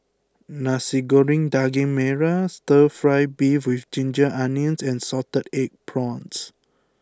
Nasi Goreng Daging Merah Stir Fry Beef with Ginger Onions and Salted Egg Prawns